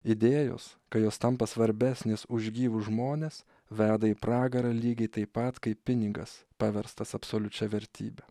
idėjos kai jos tampa svarbesnės už gyvus žmones veda į pragarą lygiai taip pat kaip pinigas paverstas absoliučia vertybe